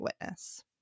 witness